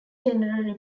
general